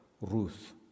Ruth